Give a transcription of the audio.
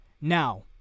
Now